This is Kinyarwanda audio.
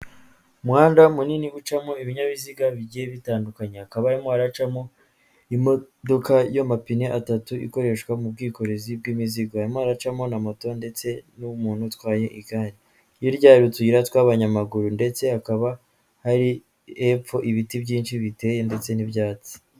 Umuhanda munini ucamo ibinyabiziga bigiye bitandukanye, hakaba harimo haracamo, imodoka y'amapine atatu ikoreshwa mu bwikorezi bw'imizigo, harimo haracamo na moto ndetse n'umuntu utwaye igare. Hirya hari utuyira tw'abanyamaguru ndetse hakaba hari epfo ibiti byinshi biteye ndetse n'ibyatsi.